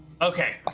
Okay